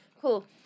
Cool